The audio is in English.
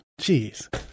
Jeez